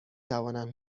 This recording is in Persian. توانم